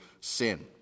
sin